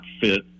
fit